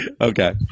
Okay